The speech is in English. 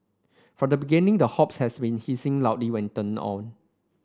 from the beginning the hobs has been hissing loudly when turned on